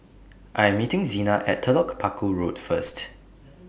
I'm meeting Zina At Telok Paku Road First